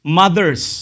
mothers